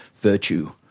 virtue